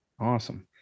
Awesome